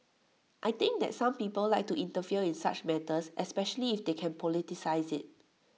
I think that some people like to interfere in such matters especially if they can politicise IT